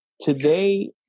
Today